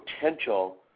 potential